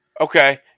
Okay